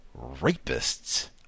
rapists